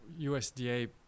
USDA